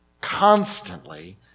constantly